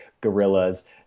gorillas